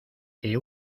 que